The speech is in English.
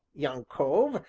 young cove,